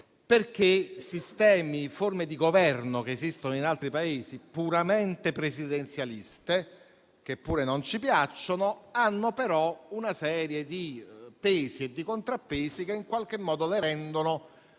perché sistemi e forme di Governo esistenti in altri Paesi, puramente presidenzialisti, che pure non ci piacciono, hanno però una serie di pesi e di contrappesi che in qualche modo le rendono